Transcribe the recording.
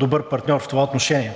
добър партньор в това отношение.